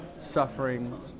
suffering